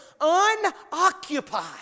unoccupied